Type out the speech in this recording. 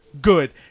Good